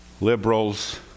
liberals